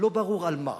לא ברור על מה,